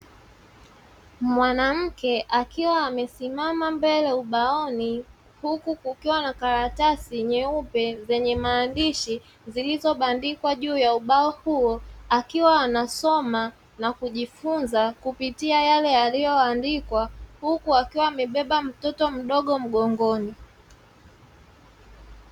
Mwanamke akiwa amesimama mbele ubaoni huku kukiwa na karatasi nyeupe zenye maandishi zilizo bandikwa juu ya ubao huo akiwa anasoma na kujifunza kupitia yale yaliyo andikwa huku akiwa amebeba mtoto mdogo mgongoni.